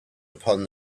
upon